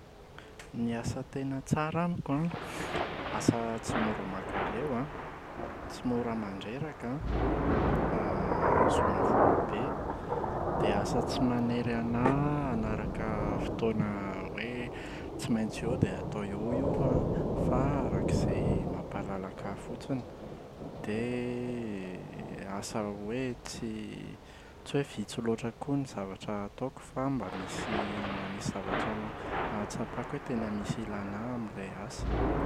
Ny asa tena tsara amiko an: asa tsy mora mankaleo an, tsy mora mandreraka an ahazoana vola be, dia asa tsy manery ana hanaraka fotoana hoe tsy maintsy eo dia atao eo io an fa araka izay mampalalaka ahy fotsiny dia asa hoe tsy tsy hoe vitsy loatra koa ny zavatra ataoko fa mba misy mba misy zavatra ahatsapako hoe tena misy ilàna ahy amin’ilay asa.